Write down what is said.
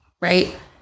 right